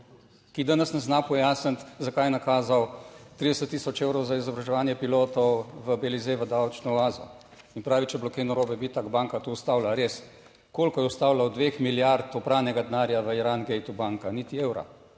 ki danes ne zna pojasniti, zakaj je nakazal 30 tisoč evrov za izobraževanje pilotov v Belize v davčno oazo. In pravi, če bi bilo kaj narobe, bi itak banka to ustavila. Ali res? Koliko je ustavila od dveh milijard opranega denarja v / nerazumljivo/? Niti evra.